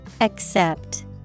Accept